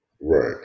Right